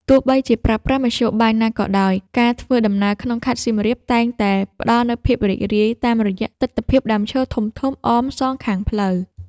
ទោះបីជាប្រើប្រាស់មធ្យោបាយណាក៏ដោយ ការធ្វើដំណើរក្នុងខេត្តសៀមរាបតែងតែផ្ដល់នូវភាពរីករាយ តាមរយៈទិដ្ឋភាពដើមឈើធំៗអមសងខាងផ្លូវ។